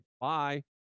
bye